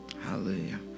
Hallelujah